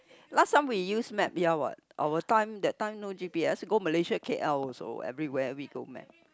last time we used map ya what our time that time no G_P_S go Malaysia K_L also everywhere we go map